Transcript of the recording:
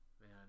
Man